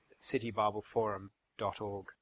citybibleforum.org